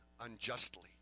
unjustly